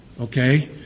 Okay